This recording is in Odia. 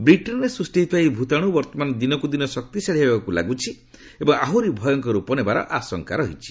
ବ୍ରିଟେନ୍ରେ ସୃଷ୍ଟି ହୋଇଥିବା ଏହି ଭ୍ତାଣୁ ବର୍ତ୍ତମାନ ଦିନକୁ ଦିନ ଶକ୍ତିଶାଳୀ ହେବାକୁ ଲାଗିଛି ଏବଂ ଆହୁରି ଭୟଙ୍କର ରୂପ ନେବାର ଆଶଙ୍କା ରହିଛି